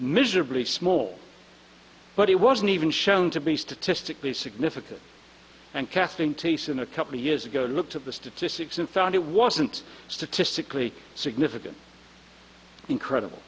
miserably small but it wasn't even shown to be statistically significant and catherine tese in a couple of years ago looked at the statistics and found it wasn't statistically significant incredible